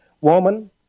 Woman